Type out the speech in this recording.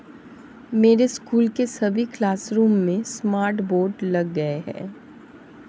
मेरे स्कूल के सभी क्लासरूम में स्मार्ट बोर्ड लग गए हैं